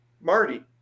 Marty